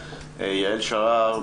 יעל שרר,